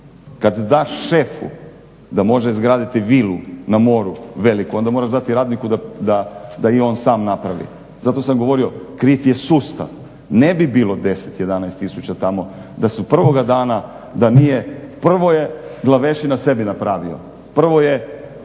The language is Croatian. Kad daš šefu da može izgraditi vilu na moru veliku onda moraš dati radniku da i on sam napravi. Zato sam govorio kriv je sustav, ne bi bilo 10-11 tisuća tamo da su prvog dana, prvo je glavešina sebi napravio, prvo je lokalni